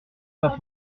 pas